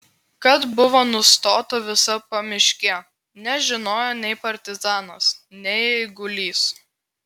kad buvo nustota visa pamiškė nežinojo nei partizanas nei eigulys